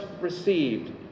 received